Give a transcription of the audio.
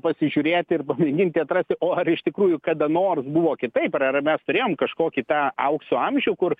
pasižiūrėti ir pamėginti atrasti o ar iš tikrųjų kada nors buvo kitaip ar mes turėjom kažkokį tą aukso amžių kur